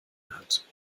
hat